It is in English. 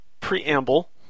preamble